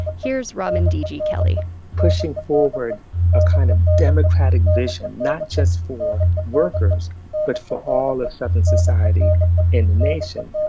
here's robin d g. kelley pushing forward a kind of democratic vision, not just for workers but for all of southern society and the nation,